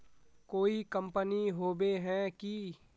कोई कंपनी होबे है की?